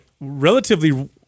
relatively